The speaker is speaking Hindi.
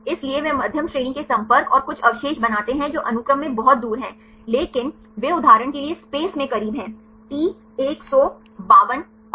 इसलिए वे मध्यम श्रेणी के संपर्क और कुछ अवशेष बनाते हैं जो अनुक्रम में बहुत दूर हैं लेकिन वे उदाहरण के लिए स्पेस में करीब हैं टी 152 और